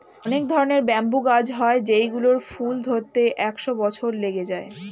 অনেক ধরনের ব্যাম্বু গাছ হয় যেই গুলোর ফুল ধরতে একশো বছর লেগে যায়